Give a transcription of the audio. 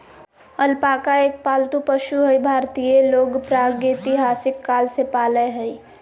alpaca एक पालतू पशु हई भारतीय लोग प्रागेतिहासिक काल से पालय हई